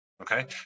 Okay